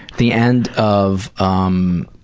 the end of, um